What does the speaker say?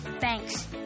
thanks